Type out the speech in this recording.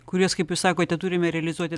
kuriuos kaip jūs sakote turime realizuoti